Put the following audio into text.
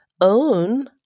own